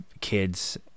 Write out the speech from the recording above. kids